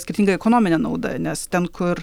skirtinga ekonominė nauda nes ten kur